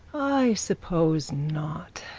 i suppose not.